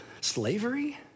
slavery